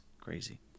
crazy